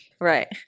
Right